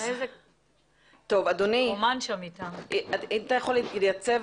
אני שומעת,